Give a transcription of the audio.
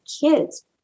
kids